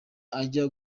ajya